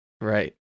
Right